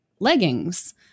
leggings